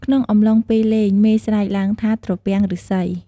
ក្នុងអំឡុងពេលលេង មេស្រែកឡើងថា "ត្រពាំងឬស្សី "។